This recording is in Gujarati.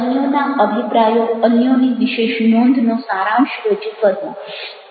અન્યોના અભિપ્રાયો અન્યોની વિશેષ નોંધનો સારાંશ રજૂ કરવો